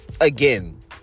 again